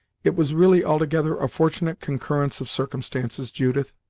it was really altogether a fortunate concurrence of circumstances, judith.